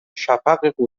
شفق